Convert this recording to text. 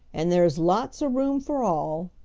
and there's lots of room for all.